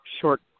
short